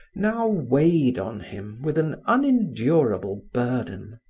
now weighed on him with an unendurable burden.